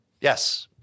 Yes